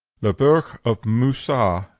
the burgh of moussa,